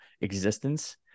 existence